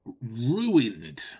ruined